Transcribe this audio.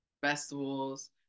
festivals